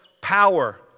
power